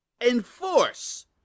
enforce